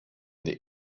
the